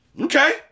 Okay